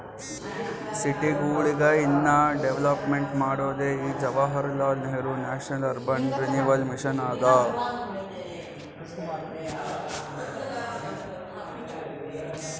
ಸಿಟಿಗೊಳಿಗ ಇನ್ನಾ ಡೆವಲಪ್ಮೆಂಟ್ ಮಾಡೋದೇ ಈ Jawaharlal Nehru national urban renewal mission ಅದಾ